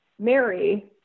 Mary